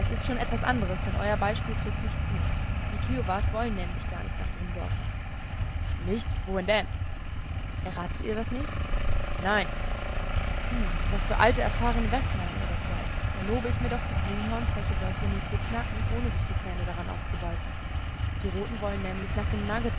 ist schon etwas anderes denn euer beispiel trifft nicht zu die kiowas wollen nämlich gar nicht nach ihrem dorfe nicht wohin denn erratet ihr das nicht nein hm was für alte erfahrene westmänner ihr doch seid da lobe ich mir doch die greenhorns welche solche nüsse knacken ohne sich die zähne daran auszubeißen die roten wollen nämlich nach dem